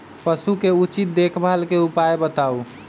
पशु के उचित देखभाल के उपाय बताऊ?